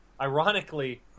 ironically